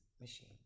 machine